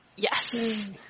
Yes